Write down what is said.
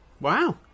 Wow